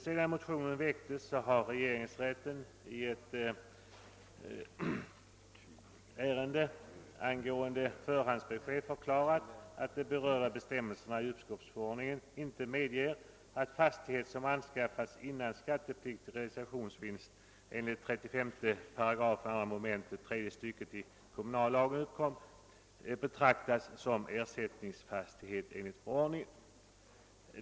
Sedan motionen väcktes har regeringsrätten i ett ärende angående förhandsbesked förklarat, att den berörda bestämmelsen i uppskovsförordningen inte medger, att fastighet som anskaffats innan skattepliktig realisationsvinst enligt 35 § 2 mom. tredje stycket i kommunalskattelagen uppkommit, betraktas som ersättningsfastighet enligt förordningen.